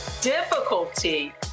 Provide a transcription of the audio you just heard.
difficulty